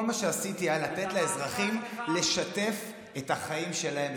כל מה שעשיתי היה לתת לאזרחים לשתף את החיים שלהם,